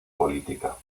política